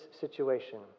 situation